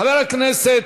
חברי הכנסת,